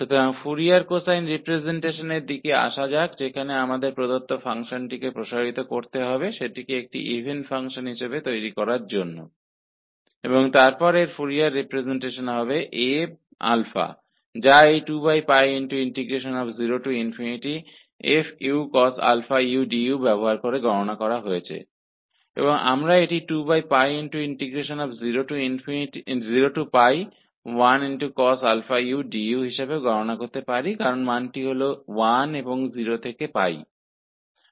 तो Fourier cosine representation पर आते है जहां हमें दिए गए फ़ंक्शन को एक इवन फ़ंक्शन के रूप में विस्तारित करना है और फिर इसके फोरियर रिप्रजेंटेशन में 2 0 f cos u du का उपयोग करके Aαका मान प्राप्त होगा और हम इसकी गणना 2 0 1 cos u du के द्वारा कर सकते है क्योंकि 0 से π अंतराल में इसका मान 1 है और अन्य अंतराल में इसका मान 0 है